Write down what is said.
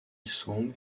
sung